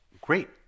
great